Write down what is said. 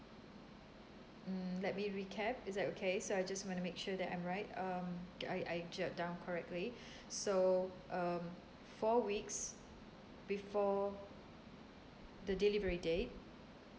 mm let me recap is that okay so I just wanna make sure that I'm right um I I jot jot down correctly so um four weeks before the delivery date